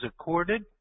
accorded